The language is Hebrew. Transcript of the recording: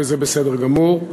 וזה בסדר גמור.